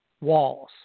walls